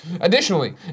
Additionally